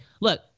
Look